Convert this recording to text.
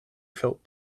felt